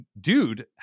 dude